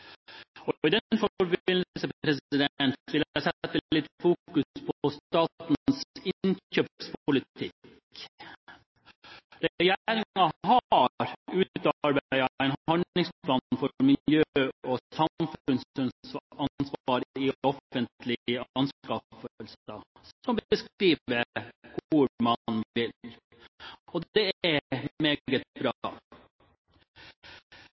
samfunnsansvar. I den forbindelse vil jeg fokusere litt på statens innkjøpspolitikk. Regjeringen har utarbeidet en handlingsplan, Miljø- og samfunnsansvar i offentlige anskaffelser, som beskriver hvor man vil. Det er meget bra.